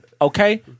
okay